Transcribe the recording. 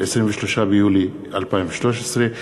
23 ביולי 2013,